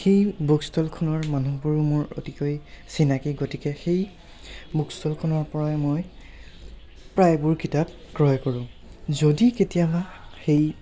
সেই বুক ষ্টলখনৰ মানুহবোৰো মোৰ অতিকৈ চিনাকি গতিকে সেই বুক ষ্টলখনৰপৰাই মই প্ৰায়বোৰ কিতাপ ক্ৰয় কৰোঁ যদি কেতিয়াবা সেই